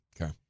Okay